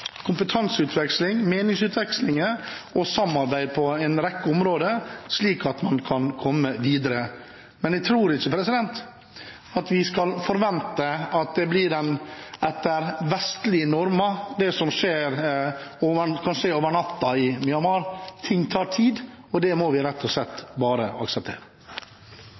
kompetanseutveksling, meningsutvekslinger og samarbeid på en rekke områder, slik at man kan komme videre. Men jeg tror ikke vi skal forvente at det blir etter vestlige normer, det som skjer i Myanmar, og at det skjer over natten. Ting tar tid, det må vi rett og slett bare akseptere.